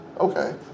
okay